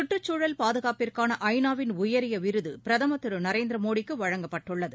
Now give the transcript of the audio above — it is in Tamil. சுற்றுச்சூழல் பாதுகாப்பிற்கான ஐநாவின் உயரிய விருது பிரதமர் திரு நரேந்திர மோடிக்கு வழங்கப்பட்டுள்ளது